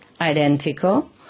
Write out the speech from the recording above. identical